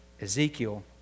Ezekiel